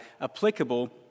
applicable